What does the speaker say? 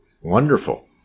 Wonderful